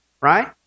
Right